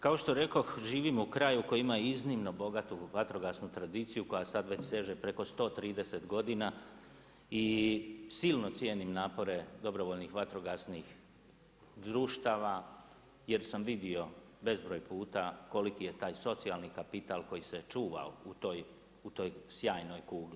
Kao što rekoh, živimo u kraju koji ima iznimno bogatu vatrogasnu tradiciju koja sada već seže preko 130 godina i silno cijenim napore dobrovoljnih vatrogasnih društava jer sam vidio bezbroj puta koliki je taj socijalni kapital koji se čuva u toj sjajnoj kugli.